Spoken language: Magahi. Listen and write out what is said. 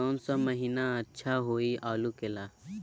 कौन सा महीना अच्छा होइ आलू के ला?